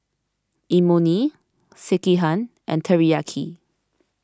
Imoni Sekihan and Teriyaki